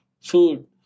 food